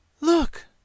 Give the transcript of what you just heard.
Look